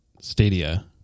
Stadia